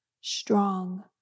strong